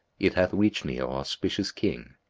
it hath reached me, o auspicious king,